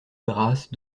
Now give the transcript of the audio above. grâce